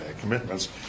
commitments